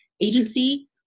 agency